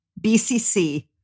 BCC